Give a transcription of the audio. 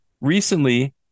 Recently